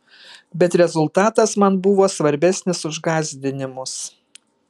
bet rezultatas man buvo svarbesnis už gąsdinimus